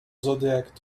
zodiac